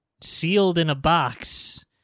sealed-in-a-box